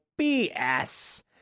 BS